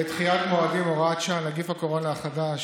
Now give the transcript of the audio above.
ודחיית מועדים (הוראת שעה, נגיף הקורונה החדש)